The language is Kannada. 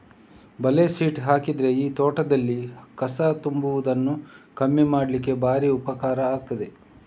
ಬಲೆ ಶೀಟ್ ಹಾಕಿದ್ರೆ ಈ ತೋಟದಲ್ಲಿ ಕಸ ತುಂಬುವುದನ್ನ ಕಮ್ಮಿ ಮಾಡ್ಲಿಕ್ಕೆ ಭಾರಿ ಉಪಕಾರ ಆಗ್ತದೆ